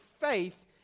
faith